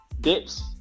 Dips